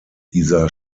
dieser